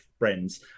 friends